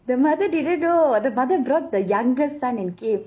the mother didn't know the mother brought the youngest son and came